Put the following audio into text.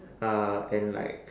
uh and like